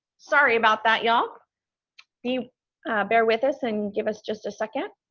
sorry about that, y'all you bear with us and give us just a second.